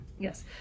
yes